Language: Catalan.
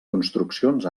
construccions